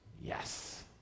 Yes